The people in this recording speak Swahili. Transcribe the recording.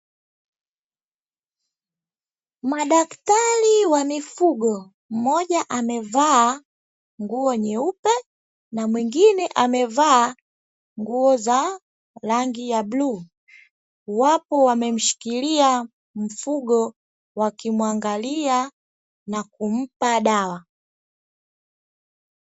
Madaktari wa mifugo, mmoja amevaa nguo nyeupe, na mwingine amevaa nguo za rangi ya bluu. Wapo wamemshikilia mfugo wakimuangalia, na kumpa dawa.